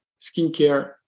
skincare